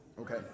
Okay